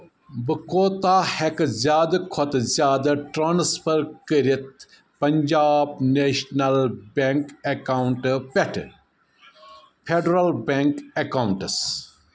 بہٕ کوتاہ ہٮ۪کہٕ زیٛادٕ کھوتہٕ زیٛادٕ ٹرٛانسفر کٔرِتھ پنٛجاب نیشنَل بیٚنٛک اٮ۪کاونٹ پٮ۪ٹھٕ فیٚڈرَل بیٚنٛک اٮ۪کاونٹَس